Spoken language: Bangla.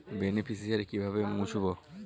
বেনিফিসিয়ারি কিভাবে মুছব?